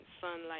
Sunlight